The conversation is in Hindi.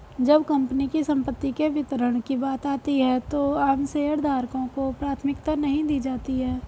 जब कंपनी की संपत्ति के वितरण की बात आती है तो आम शेयरधारकों को प्राथमिकता नहीं दी जाती है